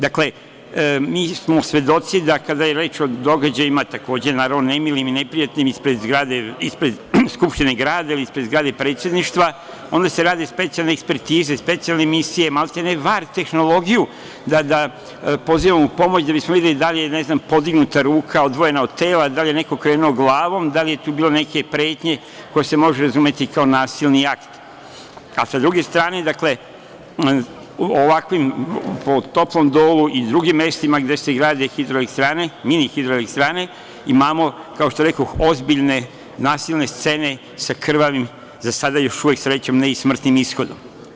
Dakle, mi smo svedoci da kada je reč o događajima, nemilim i neprijatnim ispred Skupštine grada ili ispred zgrade predsedništva, onda se rade specijalne ekspertize, specijalne emisije, maltene VAR tehnologiju pozivamo u pomoć da bismo videli da je podignuta ruka odvojena od tela, da li je neko krenuo glavom, da li je tu bilo neke pretnje koja se može razumeti kao nasilni akt, a sa druge strane u Toplom Dolu i drugim mestima gde se grade mini hidroelektrane imamo ozbiljne, nasilne scene sa krvavim, za sada još uvek, srećom, ne i smrtnim ishodom.